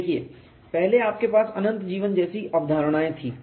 देखिए पहले आपके पास अनंत जीवन जैसी अवधारणाएँ थीं